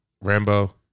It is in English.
Rambo